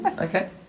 okay